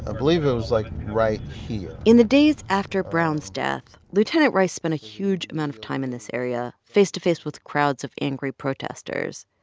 ah believe it was, like, right here in the days after brown's death, lieutenant rice spent a huge amount of time in this area face to face with crowds of angry protesters.